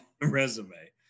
resume